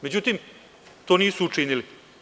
Međutim, to nisu učinili.